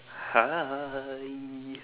hi